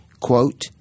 quote